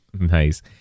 Nice